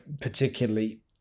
particularly